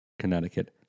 Connecticut